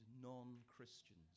non-Christians